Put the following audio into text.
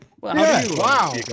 Wow